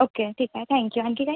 okay ठीक आहे thank you आणखी काही